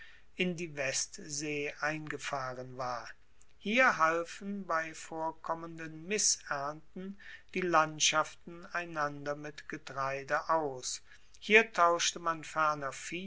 in die westsee eingefahren war hier halfen bei vorkommenden missernten die landschaften einander mit getreide aus hier tauschte man ferner